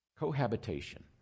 cohabitation